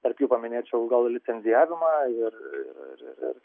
tarp jų paminėčiau gal licencijavimą ir ir ir